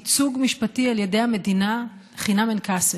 ייצוג משפטי על ידי המדינה חינם אין כסף,